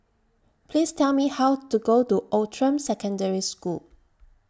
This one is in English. Please Tell Me How to get to Outram Secondary School